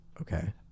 Okay